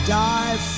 die